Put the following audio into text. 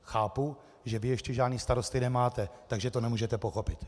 Chápu, že vy ještě žádné starosty nemáte, takže to nemůžete pochopit.